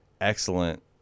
excellent